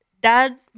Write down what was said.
dad